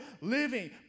living